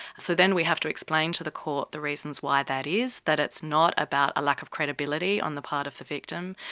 so then we have to explain to the court the reasons why that is, that it's not about a lack of credibility on the part of the victim,